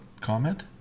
comment